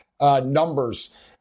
numbers